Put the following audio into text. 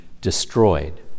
destroyed